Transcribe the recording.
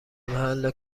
محل